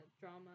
drama